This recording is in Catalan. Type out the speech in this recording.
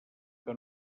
que